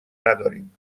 نداریم